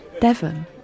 Devon